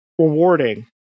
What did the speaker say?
rewarding